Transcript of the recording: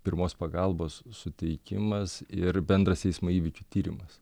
pirmos pagalbos suteikimas ir bendras eismo įvykių tyrimas